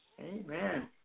Amen